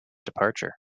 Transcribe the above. departure